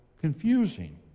confusing